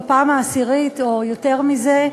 בפעם העשירית או יותר מזה,